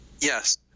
Yes